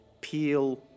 peel